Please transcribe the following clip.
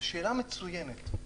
שאלה מצוינת.